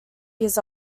years